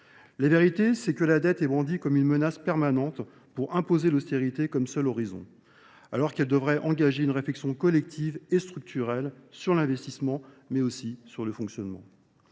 Les vérités, c'est que la dette est brandie comme une menace permanente pour imposer l'austérité comme seul horizon, alors qu'elle devrait engager une réflexion collective et structurelle sur l'investissement, mais aussi sur le fonctionnement.